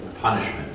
punishment